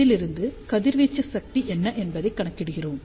அதிலிருந்து கதிர்வீச்சு சக்தி என்ன என்பதைக் கணக்கிடுகிறோம்